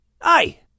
Aye